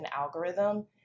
algorithm